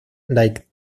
like